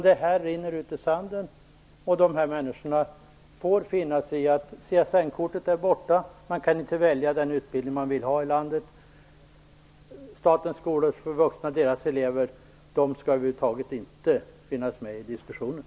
Det rinner ut i sanden, och dessa människor får finna sig i att CSN-kortet är borta. De kan inte välja den utbildning i landet de vill ha. Statens skolor för vuxna och deras elever skall över huvud taget inte finnas med i diskussionerna.